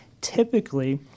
typically